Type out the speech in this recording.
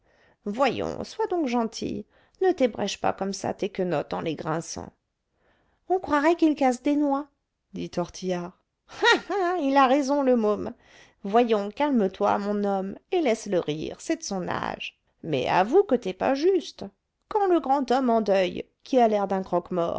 voyons sois donc gentil ne t'ébrèche pas comme ça tes quenottes en les grinçant on croirait qu'il casse des noix dit tortillard ah ah ah il a raison le môme voyons calme-toi mon homme et laisse-le rire c'est de son âge mais avoue que t'es pas juste quand le grand homme en deuil qui a l'air d'un croque-mort